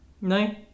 No